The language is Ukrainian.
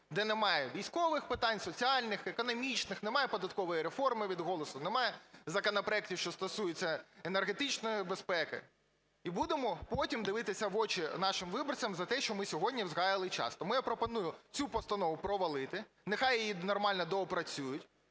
де немає військових питань, соціальних, економічних, немає податкової реформи від "Голосу", немає законопроектів, що стосуються енергетичної безпеки, і будемо потім дивитися в очі нашим виборцям за те, що ми сьогодні згаяли час. Тому я пропоную цю постанову провалити, нехай її нормально доопрацюють,